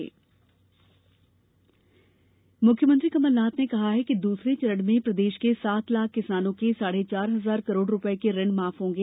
ऋण माफी मुख्यमंत्री कमलनाथ ने कहा है कि दूसरे चरण में प्रदेश के सात लाख किसानों के साढ़े चार हजार करोड़ रुपये के ऋण माफ होंगे